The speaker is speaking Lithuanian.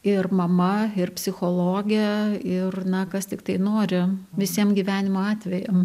ir mama ir psichologė ir na kas tiktai nori visiem gyvenimo atvejam